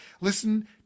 Listen